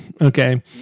okay